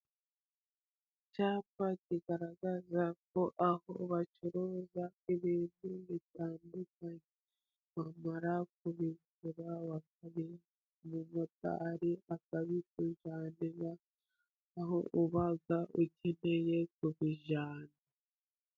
Icyapa kigaragaza ko aho bacuruza ibintu bitandukanye, bamara kubigura bakabiha umumotari akabikujyanira aho uba ukeneye kubijyana.